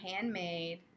handmade